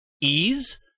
ease